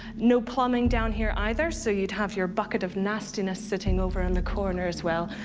no plumbing down here either, so you'd have your bucket of nastiness sitting over in the corner as well.